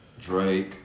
Drake